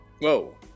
Whoa